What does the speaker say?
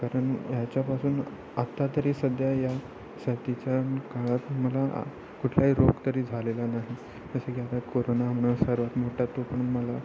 कारण ह्याच्यापासून आत्ता तरी सध्या या साथीच्या काळात मला कुठलाही रोग तरी झालेला नाही जसं की आता कोरोना म्हणून सर्वात मोठा तो पण मला